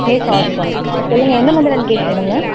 கேக்கு order பண்ணணுங்களா சொல்லுங்கள் எந்த மாதிரியான கேக் வேணுங்க